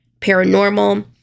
paranormal